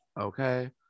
Okay